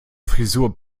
frisur